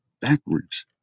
backwards